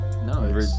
No